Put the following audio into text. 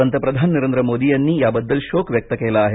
पंतप्रधान नरेंद्र मोदी यांनी याबद्दल शोक व्यक्त केला आहे